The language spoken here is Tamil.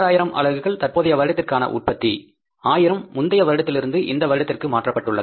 16000 அலகுகள் தற்போதைய வருடத்திற்கான உற்பத்தி ஆயிரம் முந்தய வருடத்திலிருந்து இந்த வருடத்திற்கு மாற்றப்பட்டுள்ளன